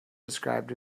described